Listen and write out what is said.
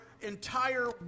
entire